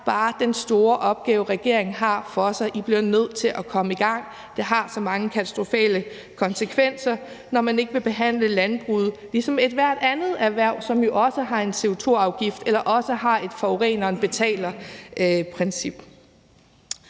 bare den store opgave, regeringen har for sig: I bliver nødt til at komme i gang. Det har så mange katastrofale konsekvenser, når man ikke vil behandle landbruget som ethvert andet erhverv, som jo også har en CO2-afgift eller har et forureneren betaler-princip.